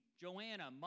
Joanna